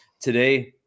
Today